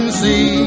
see